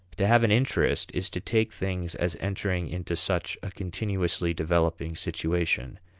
to have an interest is to take things as entering into such a continuously developing situation,